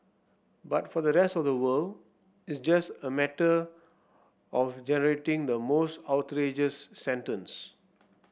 but for the rest of the world it's just a matter of generating the most outrageous sentence